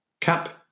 CAP